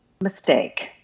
mistake